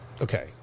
okay